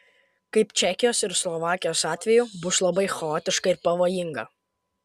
kaip čekijos ir slovakijos atveju bus labai chaotiška ir pavojinga